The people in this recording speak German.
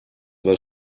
war